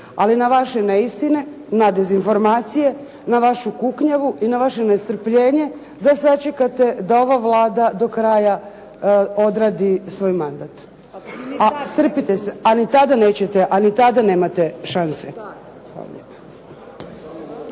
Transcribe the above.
ali na vaše neistine, na dezinformacije, na vašu kuknjavu i na vaše nestrpljenje da sačekate da ova Vlada do kraja odradi svoj mandat. Strpite se, a ni tada nemate šanse.